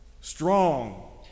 strong